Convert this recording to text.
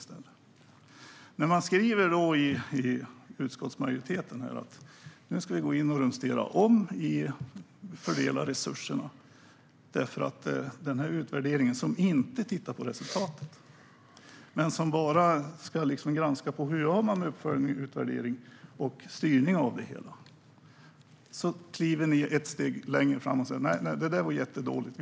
Utskottsmajoriteten skriver att man ska gå in och rumstera om i hur resurserna fördelas. När det gäller den här utvärderingen, som inte tittar på resultatet utan bara ska granska hur man gör med utvärdering, uppföljning och styrning av det hela, kliver ni fram och säger: Nej, det här är jättedåligt!